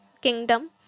kingdom